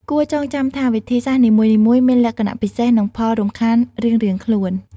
គួរចងចាំថា វិធីសាស្ត្រនីមួយៗមានលក្ខណៈពិសេស និងផលរំខានរៀងៗខ្លួន។